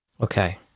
Okay